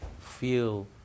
feel